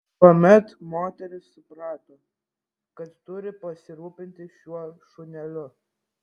tuomet moteris suprato kad turi pasirūpinti šiuo šuneliu